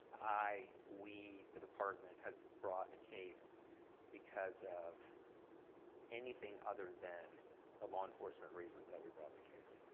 i, we, the department has brought a case because of anything other than the law enforcement reasons that we brought the case.